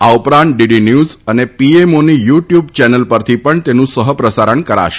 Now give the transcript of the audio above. આ ઉપરાંત DD news અને પીએમઓની યુ ટયુબ ચેનલ પરથી પણ તેનું સહપ્રસારણ પણ કરાશે